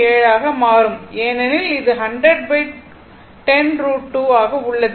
07 ஆக மாறும் ஏனெனில் இது 100 10√2 ஆக உள்ளது